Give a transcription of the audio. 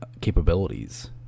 capabilities